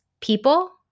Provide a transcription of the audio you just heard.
people